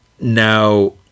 Now